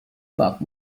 about